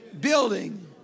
building